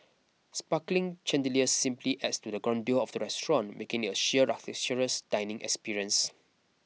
sparkling chandeliers simply adds to the grandeur of the restaurant making it a sheer luxurious dining experience